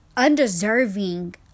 undeserving